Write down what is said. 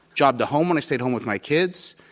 job to home when i stayed home with my kids.